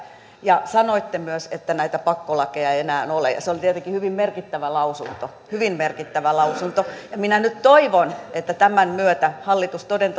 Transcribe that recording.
sanoitte myös että näitä pakkolakeja ei enää ole ja se on tietenkin hyvin merkittävä lausunto hyvin merkittävä lausunto minä nyt toivon että tämän myötä hallitus toden